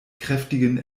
kräftigen